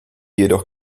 jedoch